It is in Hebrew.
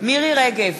מירי רגב,